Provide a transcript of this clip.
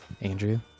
Andrew